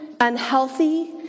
unhealthy